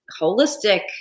holistic